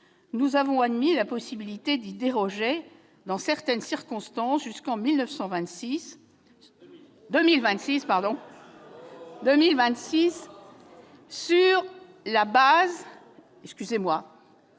nous avons admis la possibilité d'y déroger dans certaines circonstances jusqu'en 1926 ... Jusqu'en